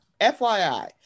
FYI